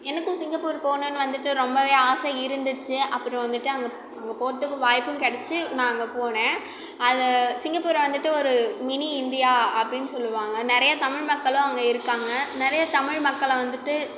எனக்கும் சிங்கப்பூர் போகணுன்னு வந்துட்டு ரொம்பவே ஆசை இருந்துச்சு அப்புறம் வந்துட்டு அங்கே அங்கே போகறதுக்கு வாய்ப்பும் கிடச்சி நான் அங்கே போனேன் அது சிங்கப்பூரை வந்துட்டு ஒரு மினி இந்தியா அப்படின்னு சொல்லுவாங்க நிறைய தமிழ் மக்களும் அங்கே இருக்காங்க நிறைய தமிழ் மக்களை வந்துட்டு